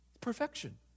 perfection